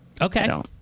okay